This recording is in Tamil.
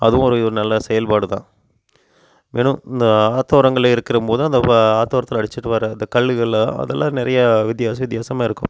அதுவும் ஒரு நல்ல செயல்பாடு தான் வெறும் இந்த ஆற்றோரங்கள்ல இருக்குறம் போது அந்த ஆற்றோரத்துல அடிச்சுட்டு வர அந்த கல்லுகளை அதெலாம் நிறைய வித்தியாச வித்தியாசமாக இருக்கும்